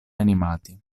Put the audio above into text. animati